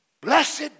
blessed